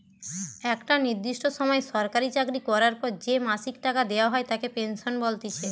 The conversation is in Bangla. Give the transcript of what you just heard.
একটা নির্দিষ্ট সময় সরকারি চাকরি করার পর যে মাসিক টাকা দেওয়া হয় তাকে পেনশন বলতিছে